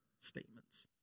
statements